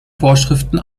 vorschriften